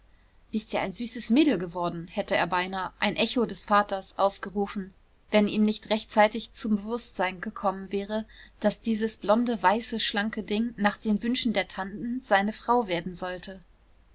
bist ja ein süßes mädel geworden hätte er beinahe ein echo des vaters ausgerufen wenn ihm nicht rechtzeitig zum bewußtsein gekommen wäre daß dieses blonde weiße schlanke ding nach den wünschen der tanten seine frau werden sollte